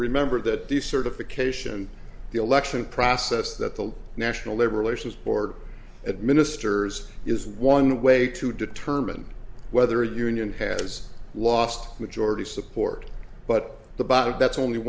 remember that the certification the election process that the national labor relations board administers is one way to determine whether a union has lost majority support but the bottom that's